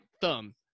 thumb